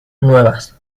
nuevas